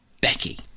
Becky